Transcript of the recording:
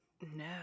No